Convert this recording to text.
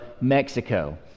mexico